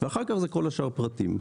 ואחר כך כל השאר הם פרטים.